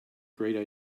great